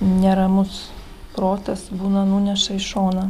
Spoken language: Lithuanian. neramus protas būna nuneša į šoną